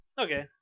Okay